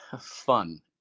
fun